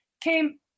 came